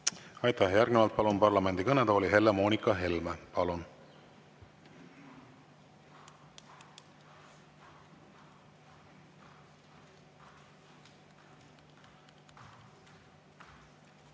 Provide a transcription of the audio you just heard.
Aitäh! Järgnevalt palun parlamendi kõnetooli Helle‑Moonika Helme. Palun!